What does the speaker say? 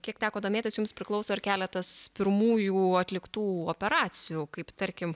kiek teko domėtis jums priklauso ir keletas pirmųjų atliktų operacijų kaip tarkim